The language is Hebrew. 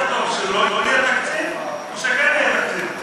יותר טוב שלא יהיה תקציב או שכן יהיה תקציב?